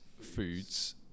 foods